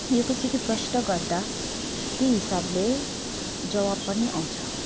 यो कसैले प्रश्न गर्दा त्यही हिसाबले जवाब पनि आउँछ